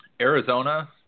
Arizona